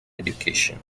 education